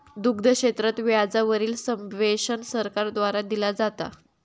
दुग्ध क्षेत्रात व्याजा वरील सब्वेंशन सरकार द्वारा दिला जाता